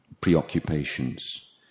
preoccupations